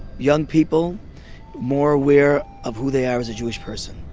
young people more aware of who they are as a jewish person.